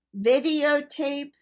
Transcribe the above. videotape